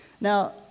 Now